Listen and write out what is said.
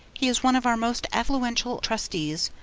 he is one of our most affluential trustees,